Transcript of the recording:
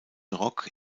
rock